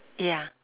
ya